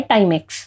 Timex